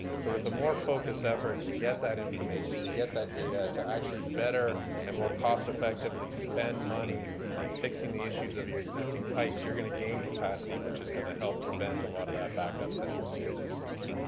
so with a more focused effort to get that information, to get that data, to actually better and most cost effectively spend money on fixing the issues of your existing pipes, you're going to gain capacity, which is going to help prevent a lot of that backups that you were seeing in the system.